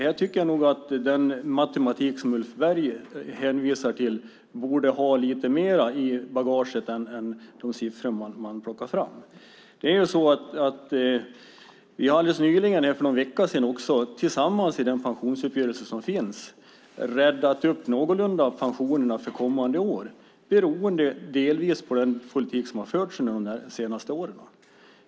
Här tycker jag nog att Ulf Berg borde ha lite mer i bagaget än de siffror han plockar fram. Vi har alldeles nyligen, för någon vecka sedan, tillsammans i pensionsgruppen någorlunda räddat pensionerna för kommande år, beroende delvis på den politik som har förts under de senaste åren.